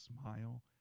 smile